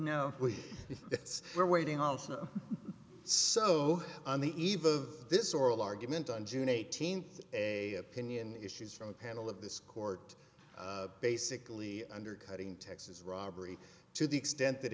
this we're waiting also so on the eve of this oral argument on june eighteenth a pinion issues from a panel of this court basically undercutting texas robbery to the extent that